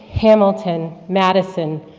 hamilton, madison,